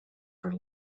for